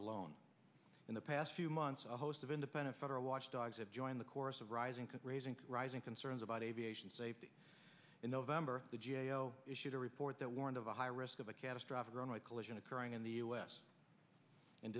alone in the past few months a host of independent federal watchdogs have joined the chorus of rising raising rising concerns about aviation safety in the of ember the g a o issued a report that warned of a high risk of a catastrophic runaway collision occurring in the u s